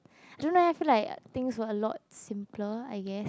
don't leh feel like things were a lot simpler I guess